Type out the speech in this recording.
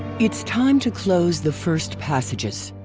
it's time to close the first passages.